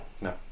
No